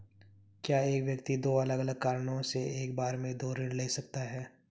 क्या एक व्यक्ति दो अलग अलग कारणों से एक बार में दो ऋण ले सकता है?